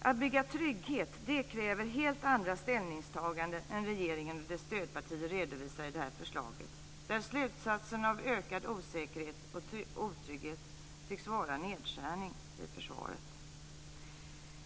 Att bygga trygghet kräver helt andra ställningstaganden än vad regeringen och dess stödpartier redovisar i det här förslaget, där slutsatsen av ökad osäkerhet och otrygghet tycks vara nedskärning i försvaret.